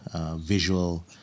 visual